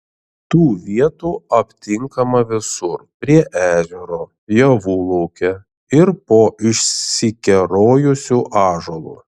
tų vietų aptinkama visur prie ežero javų lauke ir po išsikerojusiu ąžuolu